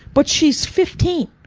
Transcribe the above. but she's fifteen.